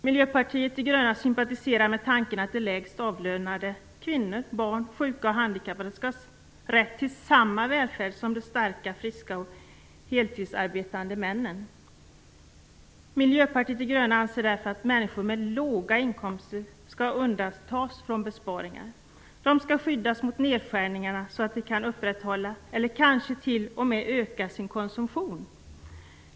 Miljöpartiet de gröna sympatiserar med tanken att de lägst avlönade - kvinnor, barn, sjuka och handikappade - skall få samma rätt till välfärd som de starka, friska och heltidsarbetande männen. Miljöpartiet de gröna anser att människor med låga inkomster skall undantas från besparingar. De skall skyddas mot nedskärningarna så att de kan upprätthålla eller kanske t.o.m. öka sin konsumtion.